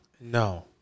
no